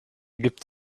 gibt